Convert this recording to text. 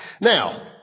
Now